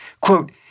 Quote